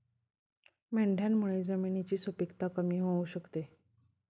मेंढ्यांमुळे जमिनीची सुपीकता कमी होऊ शकते